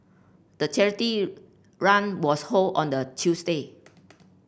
the charity run was hold on the Tuesday